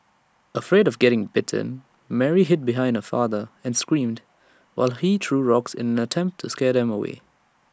afraid of getting bitten Mary hid behind her father and screamed while he threw rocks in an attempt to scare them away